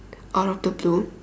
out of the blue